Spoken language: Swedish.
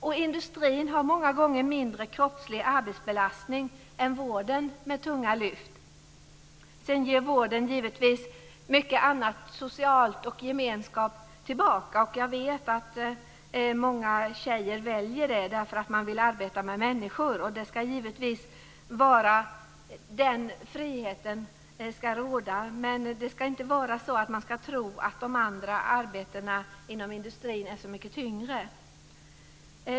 Och industrin har många gånger mindre kroppslig arbetsbelastning än vården med tunga lyft. Vården ger givetvis mycket annat, t.ex. socialt, och jag vet att många tjejer väljer det därför att de vill arbeta med människor. Givetvis ska den friheten råda, men man ska inte tro att de andra arbetena inom industrin är så mycket tyngre.